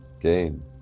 gain